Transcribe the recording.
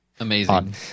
amazing